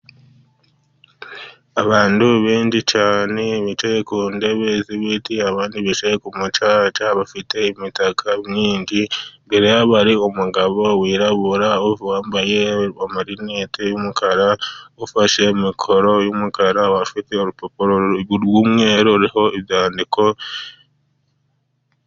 Abantu benshi cyane bicaye ku ntebe z'ibiti, abandi bicaye ku mucaca bafite imitaka myinshi, imbere yabo hari umugabo wirabura, wambaye amarinete y'umukara ufashe mikoro y'umukara, afite urupapuro rw'umweru ruriho ibyandiko.